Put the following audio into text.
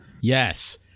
Yes